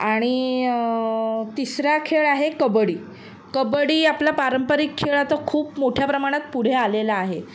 आणि तिसरा खेळ आहे कबड्डी कबड्डी आपला पारंपरिक खेळ आता खूप मोठ्या प्रमाणात पुढे आलेला आहे